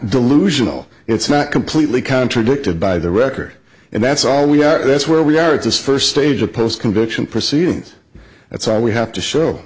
delusional it's not completely contradicted by the record and that's all we are and that's where we are at this first stage of post conviction proceedings that's all we have to show